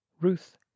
Ruth